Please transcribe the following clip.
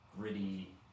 gritty